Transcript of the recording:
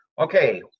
Okay